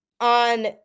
on